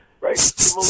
right